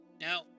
Now